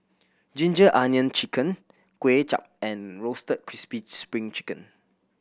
ginger onion chicken Kuay Chap and Roasted Crispy Spring Chicken